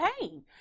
pain